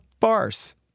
farce